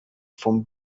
from